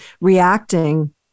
reacting